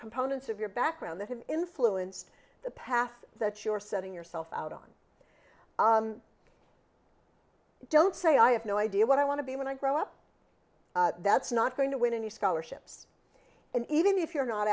components of your background that have influenced the path that you're setting yourself out on i don't say i have no idea what i want to be when i grow up that's not going to win any scholarships and even if you're not